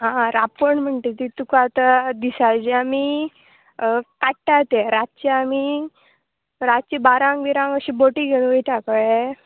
आं रांपोण म्हणटा ती तुका आतां दिसांचे आमी काडटा ते रातचे आमी रातचे बारांक बिरांक अशी बोटी घेवन वयता कळ्ळें